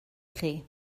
chi